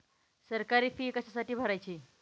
सरकारी फी कशासाठी भरायची